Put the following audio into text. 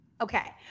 Okay